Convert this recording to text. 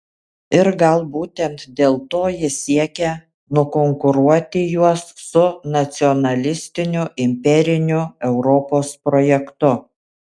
ir gal būtent dėl to jis siekia nukonkuruoti juos su nacionalistiniu imperiniu europos projektu